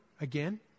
again